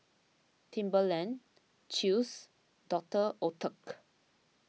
Timberland Chew's Doctor Oetker